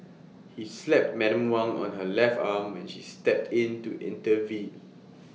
he slapped Madam Wang on her left arm when she stepped in to intervene